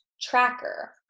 tracker